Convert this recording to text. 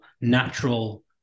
natural